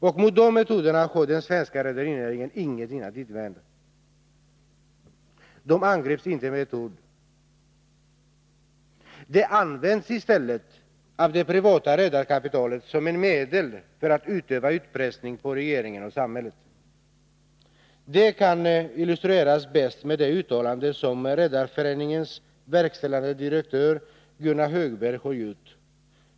Och mot de metoderna har den svenska rederinäringen ingenting att invända. De angrips inte med ett enda ord. I stället används de av det privata redarkapitalet som ett medel för att utöva utpressning på regeringen och samhället. Det kan illustreras bäst med det uttalande som Redareföreningens verkställande direktör, Gunnar Högberg, har gjort.